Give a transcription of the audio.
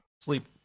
sleep